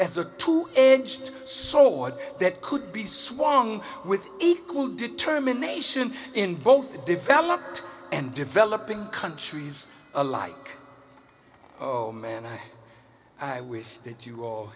as a two edged sword that could be swung with equal determination in both developed and developing countries alike oh man i wish that you all